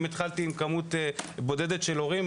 אם התחלתי עם כמות בודדת של הורים,